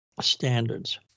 standards